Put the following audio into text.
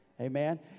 Amen